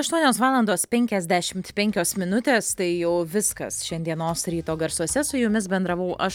aštuonios valandos penkiasdešimt penkios minutės tai jau viskas šiandienos ryto garsuose su jumis bendravau aš